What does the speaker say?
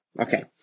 okay